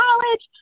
college